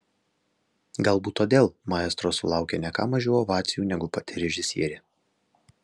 galbūt todėl maestro sulaukė ne ką mažiau ovacijų negu pati režisierė